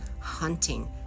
hunting